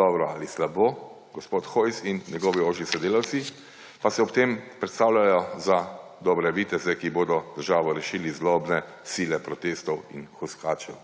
dobro ali slabo. Gospod Hojs in njegovi ožji sodelavci pa se ob tem predstavljajo za dobre viteze, ki bodo državo rešili zlobne sile protestov in hujskačev.